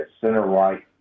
center-right